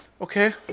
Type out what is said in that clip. Okay